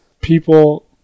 people